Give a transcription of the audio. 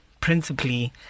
principally